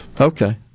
Okay